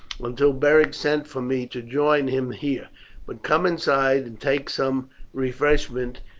until beric sent for me to join him here but come inside and take some refreshment,